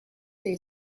they